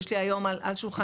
יש לי היום על שולחני,